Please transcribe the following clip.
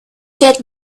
get